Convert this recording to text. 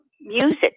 music